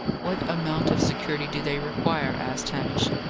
what amount of security do they require? asked hamish.